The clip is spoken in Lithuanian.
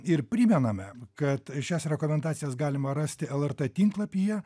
ir primename kad šias rekomendacijas galima rasti lrt tinklapyje